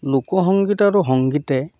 লোকসংগীত আৰু সংগীতে